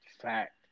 Fact